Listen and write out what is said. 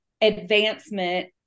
advancement